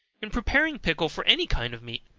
in preparing pickle for any kind of meat,